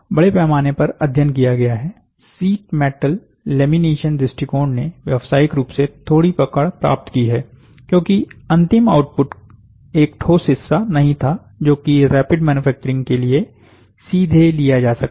बड़े पैमाने पर अध्ययन किया गया है शीट मेटल लेमिनेशन दृष्टिकोण ने व्यवसायिक रूप से थोड़ी पकड़ प्राप्त कि है क्योंकि अंतिम आउटपुट एक ठोस हिस्सा नहीं था जो कि रैपिड मैन्युफैक्चरिंग के लिए सीधे लिया जा सकता है